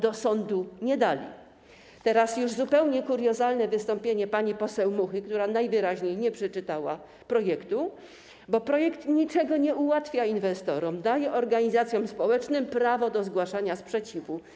Teraz odniosę się do zupełnie kuriozalnego wystąpienia pani poseł Muchy, która najwyraźniej nie przeczytała projektu, bo projekt niczego nie ułatwia inwestorom i daje organizacjom społecznym prawo do zgłaszania sprzeciwu.